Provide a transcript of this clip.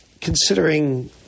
considering